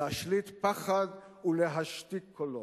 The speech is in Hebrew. להשליט פחד להשתיק קולות.